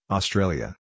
Australia